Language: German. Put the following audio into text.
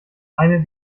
eine